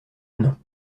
non